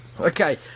Okay